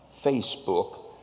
Facebook